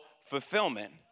fulfillment